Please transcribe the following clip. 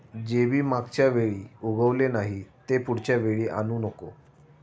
जे बी मागच्या वेळी उगवले नाही, ते पुढच्या वेळी आणू नको